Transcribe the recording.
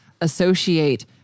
associate